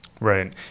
Right